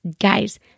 Guys